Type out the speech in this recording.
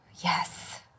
yes